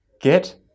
get